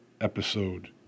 episode